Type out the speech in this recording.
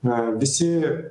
na visi